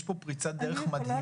יש פה פריצת דרך מדהימה